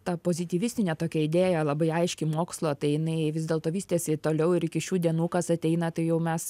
ta pozityvistinė tokia idėja labai aiški mokslo tai jinai vis dėlto vystėsi toliau ir iki šių dienų kas ateina tai jau mes